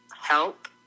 help